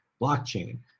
blockchain